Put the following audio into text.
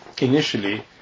Initially